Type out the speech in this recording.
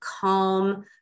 calm